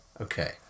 Okay